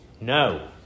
No